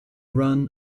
run